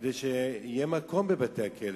כדי שיהיה מקום בבתי-הכלא.